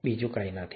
બીજું કંઈ નથી